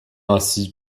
ainsi